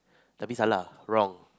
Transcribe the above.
wrong